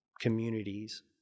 communities